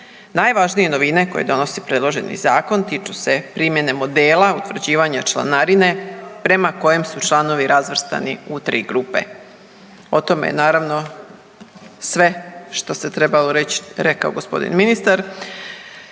Najvažnije novine koje donosi predloženi zakon tiču se primjene modela utvrđivanja članarine prema kojem su članovi razvrstani u tri grupe. O tome je naravno sve što se trebalo reći rekao gospodin ministar.